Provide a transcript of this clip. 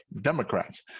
Democrats